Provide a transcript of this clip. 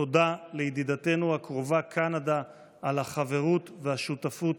תודה לידידתנו הקרובה קנדה על החברות והשותפות